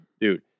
Dude